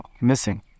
missing